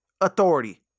authority